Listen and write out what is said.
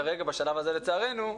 כרגע בשלב הזה לצערנו,